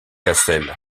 cassel